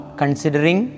considering